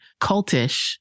cultish